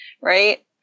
Right